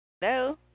Hello